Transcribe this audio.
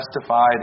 justified